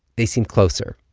they seem closer.